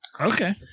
Okay